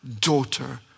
daughter